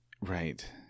Right